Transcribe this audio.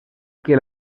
que